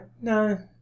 no